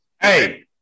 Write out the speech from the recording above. Hey